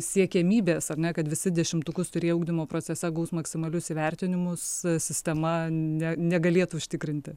siekiamybės ar ne kad visi dešimtukus turėję ugdymo procese gaus maksimalius įvertinimus sistema ne negalėtų užtikrinti